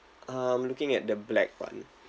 I'm looking at the black [one]